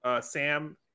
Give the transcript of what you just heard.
Sam